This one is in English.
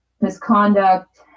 misconduct